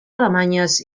alemanyes